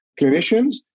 clinicians